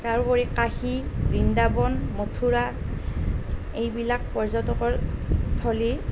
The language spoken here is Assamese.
তাৰোপৰি কাশী বৃন্দাবন মথুৰা এইবিলাক পৰ্যটকৰ থলী